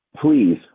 please